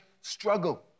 struggle